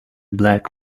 black